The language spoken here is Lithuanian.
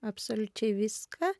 absoliučiai viską